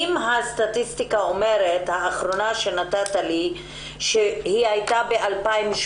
אם הסטטיסטיקה האחרונה שהצגת היא מ-2017,